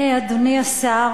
אדוני השר,